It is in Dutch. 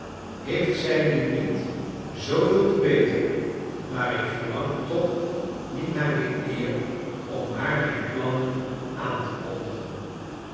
heeft zij die niet zooveel te beter maar ik verlang toch niet naar de eer am haar mijn plannen aan te kondigen